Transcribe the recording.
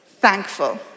thankful